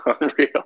Unreal